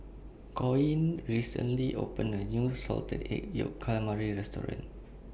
Coen recently opened A New Salted Egg Yolk Calamari Restaurant